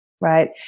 right